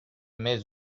mets